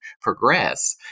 progress